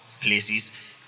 places